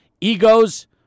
egos